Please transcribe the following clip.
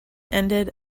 ended